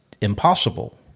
impossible